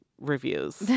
reviews